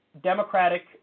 Democratic